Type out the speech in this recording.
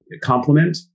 complement